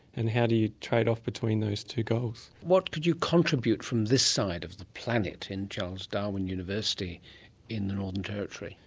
and how do you trade off between those two goals. what could you contribute from this side of the planet in charles darwin university in the northern territory?